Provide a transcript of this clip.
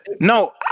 No